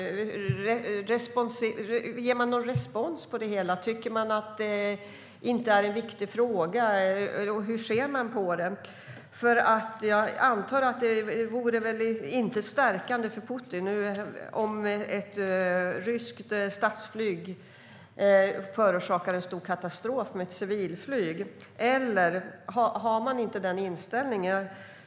Ger man någon respons på det hela? Tycker man att det inte är en viktig fråga, och hur ser man på den? Jag antar att det inte vore stärkande för Putin om ett ryskt statsflyg orsakade en stor katastrof med ett civilflyg, eller har man inte den inställningen?